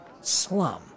slum